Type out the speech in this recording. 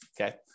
okay